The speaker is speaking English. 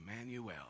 Emmanuel